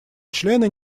члены